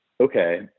okay